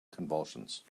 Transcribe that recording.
convulsions